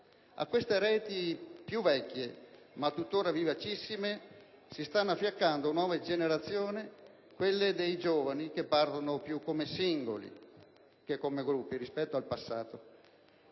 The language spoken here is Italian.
A queste reti più vecchie, ma tuttora vivacissime, si stanno oggi affiancando nuove migrazioni, quelle dei giovani, che partono più come singoli che come gruppi rispetto al passato,